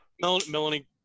Melanie